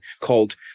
called